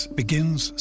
begins